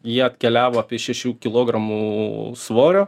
jie atkeliavo apie šešių kilogramų svorio